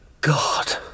God